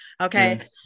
Okay